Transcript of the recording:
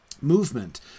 movement